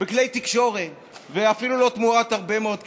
בכלי תקשורת ואפילו לא תמורת הרבה מאוד כסף.